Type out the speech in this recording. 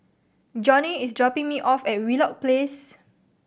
Johnny is dropping me off at Wheelock Place